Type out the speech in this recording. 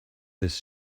this